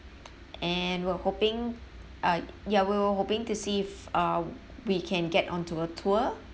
and we're hoping uh ya we were hoping to see if uh we can get onto a tour